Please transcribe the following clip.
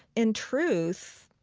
in truth,